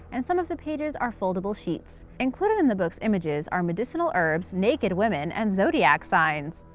and some of the pages are foldable sheets. included in the books images are medicinal herbs, naked women, and zodiac signs.